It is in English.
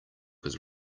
his